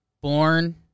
Born